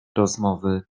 rozmowy